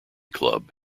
club